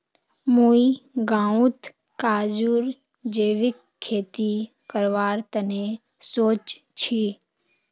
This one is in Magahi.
मुई गांउत काजूर जैविक खेती करवार तने सोच छि